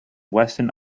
weston